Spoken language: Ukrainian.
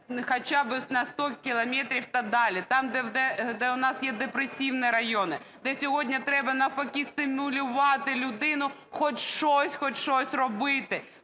хоча би на 100 кілометрів подалі, там, де у нас є депресивні райони, де сьогодні треба навпаки – стимулювати людину хоч щось, хоч щось робити,